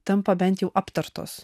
tampa bent jau aptartos